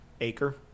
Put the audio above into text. Acre